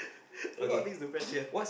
a lot of things to press here